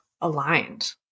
aligned